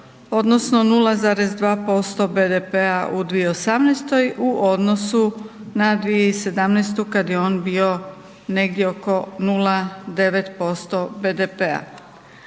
odnosno 0,2% BDP-a u 2018.-oj u odnosu na 2017.-u kad je on bio negdje oko 0,9% BDP-a.